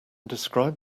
describe